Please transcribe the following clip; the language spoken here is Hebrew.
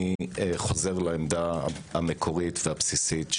אני חוזר לעמדה המקורית והבסיסית שלנו,